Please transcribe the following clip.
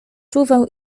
czuwał